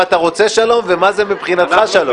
אם אתה רוצה שלום ומה זה מבחינתך שלום.